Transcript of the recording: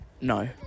No